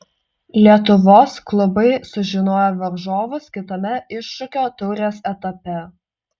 lietuvos klubai sužinojo varžovus kitame iššūkio taurės etape